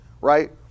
right